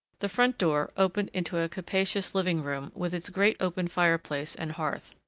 the front door opened into a capacious living room with its great open fireplace and hearth.